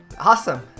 awesome